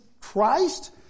Christ